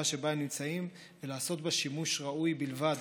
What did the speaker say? שבה הם נמצאים ולעשות בה שימוש ראוי בלבד,